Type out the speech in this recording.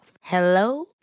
Hello